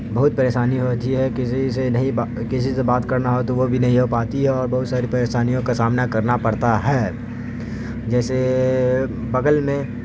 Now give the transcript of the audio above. بہت پریشانی ہوتی ہے کسی سے نہیں کسی سے بات کرنا ہو تو وہ بھی نہیں ہو پاتی ہے اور بہت ساری پریشانیوں کا سامنا کرنا پڑتا ہے جیسے بگل میں